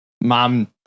Mom